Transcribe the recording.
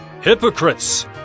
hypocrites